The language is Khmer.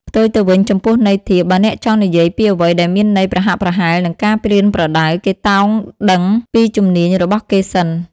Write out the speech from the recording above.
ផ្ទុយទៅវិញ ចំពោះន័យធៀប បើអ្នកចង់និយាយពីអ្វីដែលមានន័យប្រហាក់ប្រហែលនឹងការប្រៀនប្រដៅ គេតោងដឹងពីជំនាញរបស់គេសិន ។